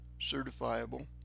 certifiable